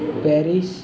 Paris